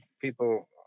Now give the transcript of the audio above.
people